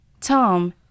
Tom